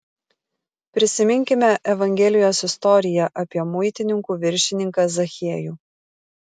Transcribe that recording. prisiminkime evangelijos istoriją apie muitininkų viršininką zachiejų